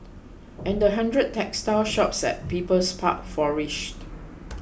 and the hundred textile shops at People's Park flourished